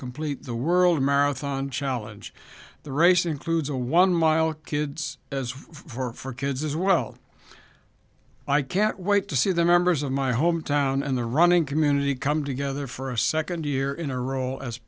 complete the world marathon challenge the race includes a one mile kids as for kids as well i can't wait to see the members of my hometown and the running community come together for a second year in a r